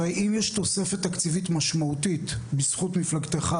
הרי אם יש תוספת תקציבית משמעותית בזכות מפלגתך,